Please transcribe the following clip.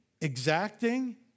exacting